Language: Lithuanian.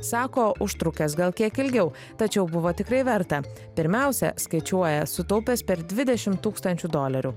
sako užtrukęs gal kiek ilgiau tačiau buvo tikrai verta pirmiausia skaičiuoja sutaupęs per dvidešim tūkstančių dolerių